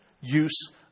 use